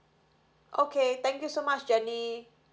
okay thank you so much jenny